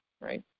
right